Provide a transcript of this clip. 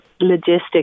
logistics